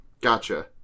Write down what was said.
Gotcha